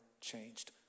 changed